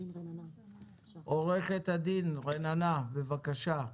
עורכת הדין רננה, בבקשה.